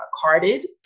carded